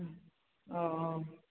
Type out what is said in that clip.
ᱳᱚ